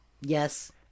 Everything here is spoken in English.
yes